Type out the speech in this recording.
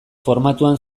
formatuan